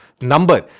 number